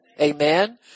Amen